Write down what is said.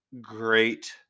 great